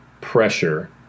pressure